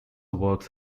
works